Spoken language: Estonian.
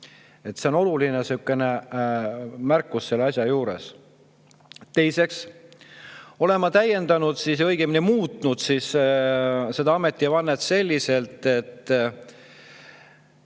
See on oluline märkus selle asja juures. Teiseks olen ma täiendanud, õigemini muutnud seda ametivannet selliselt, et